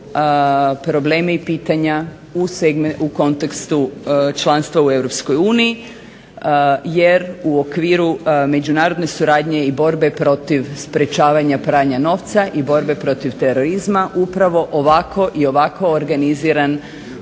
probleme i pitanja u kontekstu članstva u Europskoj uniji. Jer u okviru međunarodne suradnje i borbe protiv sprječavanja pranja novca i borbe protiv terorizma upravo ovako i ovako organiziran